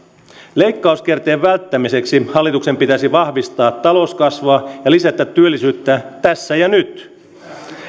leikkauskierteen välttämiseksi hallituksen pitäisi vahvistaa talouskasvua ja lisätä työllisyyttä tässä ja nyt